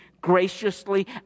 graciously